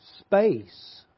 space